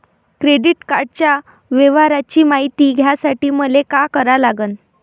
Credit कार्डाच्या व्यवहाराची मायती घ्यासाठी मले का करा लागन?